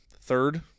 third